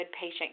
patient